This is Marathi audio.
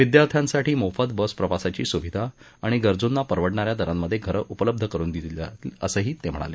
विद्यार्थ्यांसाठी मोफत बस प्रवासाची सुविधा आणि गरजुंना परवडणाऱ्या दरांमध्ये घरं उपलब्ध करून दिली जातील असंही त्यांनी सांगितलं